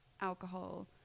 alcohol